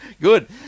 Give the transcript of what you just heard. Good